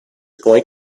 going